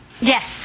Yes